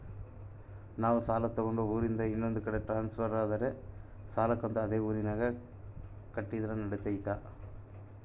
ನಾವು ಸಾಲ ತಗೊಂಡು ಊರಿಂದ ಇನ್ನೊಂದು ಕಡೆ ಟ್ರಾನ್ಸ್ಫರ್ ಆದರೆ ಸಾಲ ಕಂತು ಅದೇ ಊರಿನಾಗ ಕಟ್ಟಿದ್ರ ನಡಿತೈತಿ?